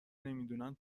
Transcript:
نمیدونن